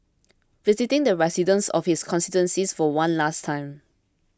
visiting the residents of his constituency for one last time